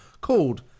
called